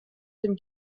dem